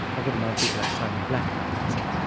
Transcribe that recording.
i've got in mind people like simon blackburn, let's say,